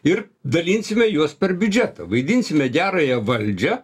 ir dalinsime juos per biudžetą vaidinsime gerąją valdžią